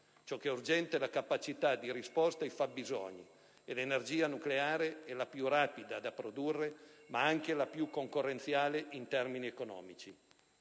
Ciò che è urgente è la capacità di risposta ai fabbisogni e l'energia nucleare è la più rapida da produrre, ma anche la più concorrenziale in termini economici.